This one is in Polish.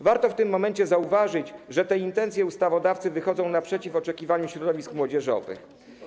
Warto w tym momencie zauważyć, że te intencje ustawodawcy wychodzą naprzeciw oczekiwaniom środowisk młodzieżowych.